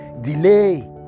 Delay